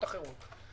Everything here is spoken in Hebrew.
מה לעשות,